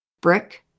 brick